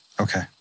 Okay